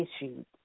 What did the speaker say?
issues